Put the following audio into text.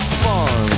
fun